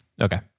Okay